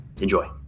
Enjoy